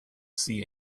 see